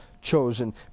chosen